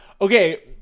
Okay